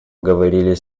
говорили